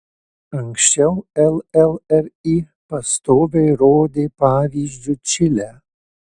anksčiau llri pastoviai rodė pavyzdžiu čilę